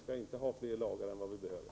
Vi skall inte ha fler lagar än vad vi behöver.